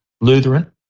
Lutheran